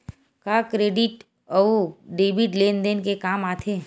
का क्रेडिट अउ डेबिट लेन देन के काम आथे?